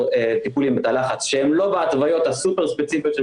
טיפולים בתא לחץ שהן לא בהתוויות הסופר ספציפיות של